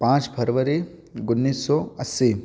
पाँच फरवरी उन्नीस सौ अस्सी